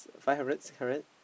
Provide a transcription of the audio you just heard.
five hundred six hundred